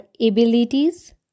abilities